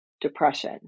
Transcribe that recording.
depression